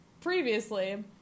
previously